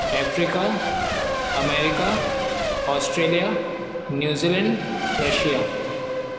Africa America Australia New Zealand Russia